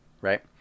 right